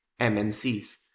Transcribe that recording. MNCs